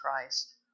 Christ